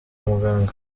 muganga